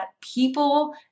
people